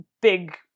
big